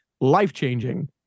life-changing